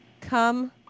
come